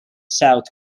south